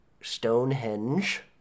Stonehenge